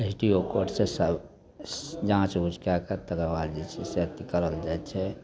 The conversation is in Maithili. रजिस्ट्रिओ कोर्टसे सब जाँच उच कैके तकरबाद जे छै से अथी करल जाइ छै